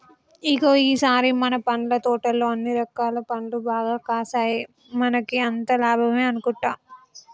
ఇగో ఈ సారి మన పండ్ల తోటలో అన్ని రకాల పండ్లు బాగా కాసాయి మనకి అంతా లాభమే అనుకుంటా